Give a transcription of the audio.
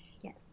Yes